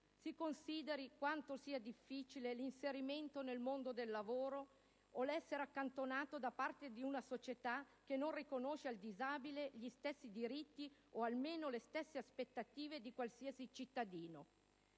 Si consideri quanto sia difficile l'inserimento nel mondo del lavoro o l'essere accantonato da parte da una società che non riconosce al disabile gli stessi diritti o almeno le stesse aspettative di qualsiasi cittadino.